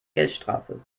geldstrafe